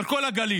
על כל הגליל.